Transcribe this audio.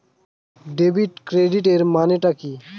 Debit ক্রেডিটের মানে টা কি?